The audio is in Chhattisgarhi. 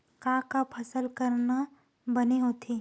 का का फसल करना बने होथे?